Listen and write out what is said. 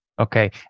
Okay